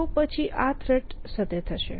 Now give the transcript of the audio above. તો પછી આ થ્રેટ સત્ય થશે